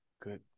Good